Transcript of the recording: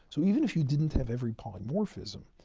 so even if you didn't have every polymorphism,